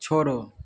छोड़ो